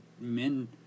men